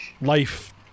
life